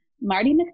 Marty